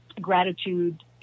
gratitude